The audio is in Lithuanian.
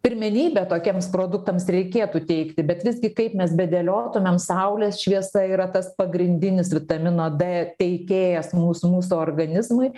pirmenybę tokiems produktams reikėtų teikti bet visgi kaip mes bedėliotumėm saulės šviesa yra tas pagrindinis vitamino d teikėjas mūsų mūsų organizmui